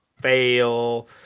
fail